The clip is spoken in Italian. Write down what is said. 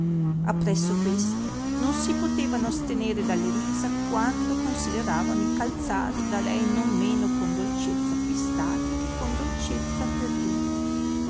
viveva appresso questo non si potevano astenere dalle risa quando consideravano i calzari da lei non meno con dolcezza acquistati che con dolcezza perduti